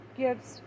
gives